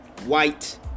white